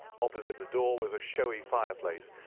opposite the door was a showy fireplace,